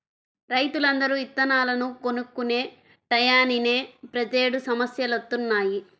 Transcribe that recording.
రైతులందరూ ఇత్తనాలను కొనుక్కునే టైయ్యానినే ప్రతేడు సమస్యలొత్తన్నయ్